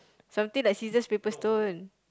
something like scissors paper stone